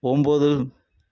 ஒன்போது